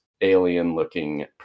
alien-looking